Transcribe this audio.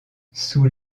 sous